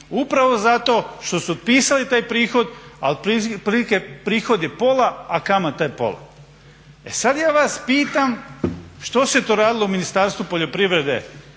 upravo zato što su otpisali taj prihod, a otprilike prihod je pola, a kamata je pola. E sad ja vas pitam što se to radilo u Ministarstvu poljoprivrede